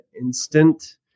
instant